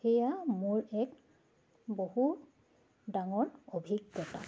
সেয়া মোৰ এক বহু ডাঙৰ অভিজ্ঞতা